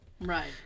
Right